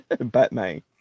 Batman